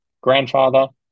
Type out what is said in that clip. grandfather